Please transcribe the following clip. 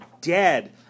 dead